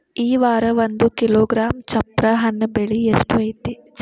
ಈ ವಾರ ಒಂದು ಕಿಲೋಗ್ರಾಂ ಚಪ್ರ ಹಣ್ಣ ಬೆಲೆ ಎಷ್ಟು ಐತಿ?